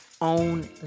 own